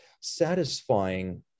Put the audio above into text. satisfying